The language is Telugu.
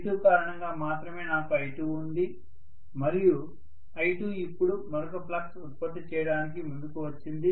V2 కారణంగా మాత్రమే నాకు I2 ఉంది మరియు I2 ఇప్పుడు మరొక ఫ్లక్స్ ఉత్పత్తి చేయడానికి ముందుకు వచ్చింది